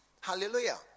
hallelujah